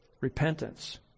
repentance